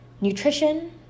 nutrition